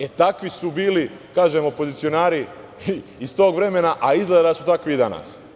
E, takvi su bili opozicionari iz tog vremena, a izgleda da su takvi i danas.